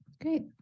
Great